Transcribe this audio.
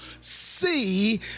see